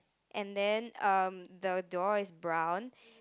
and then um the door is brown